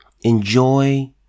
Enjoy